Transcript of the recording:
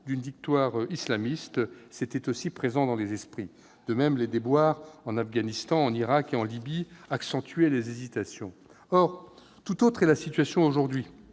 d'une victoire islamiste. C'était présent dans tous les esprits. De même, les déboires en Afghanistan, en Irak et en Libye accentuaient les hésitations. Or tout autre est la situation aujourd'hui.